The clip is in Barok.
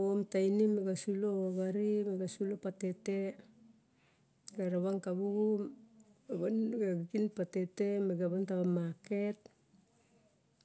Om tainim miga sulo yari, mega sulo patete. Ga ravang kavuvu me ga van tava xin patete, me ga van tara market,